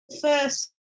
first